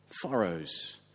furrows